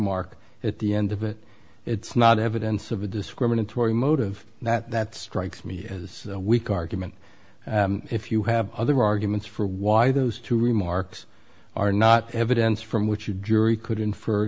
mark at the end of it it's not evidence of a discriminatory motive that strikes me as weak argument if you have other arguments for why those two remarks are not evidence from which you jury could infer